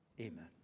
Amen